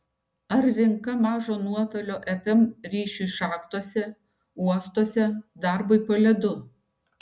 ar rinka mažo nuotolio fm ryšiui šachtose uostuose darbui po ledu